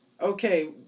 Okay